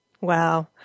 Wow